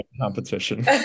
competition